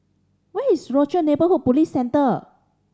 where is Rochor Neighborhood Police Centre